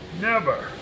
Never